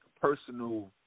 personal